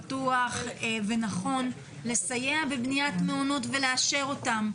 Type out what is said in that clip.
פתוח ונכון לסייע בבניית מעונות ולאשר אותם,